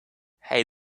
hey